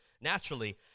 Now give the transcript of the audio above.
naturally